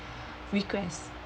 request